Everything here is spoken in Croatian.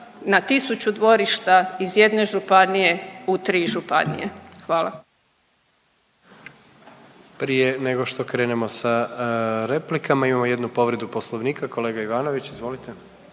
na tisuću dvorišta, iz jedne županije u tri županije. Hvala. **Jandroković, Gordan (HDZ)** Prije nego što krenemo sa replikama imamo jednu povredu poslovnika, kolega Ivanović izvolite.